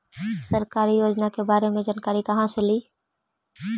सरकारी योजना के बारे मे जानकारी कहा से ली?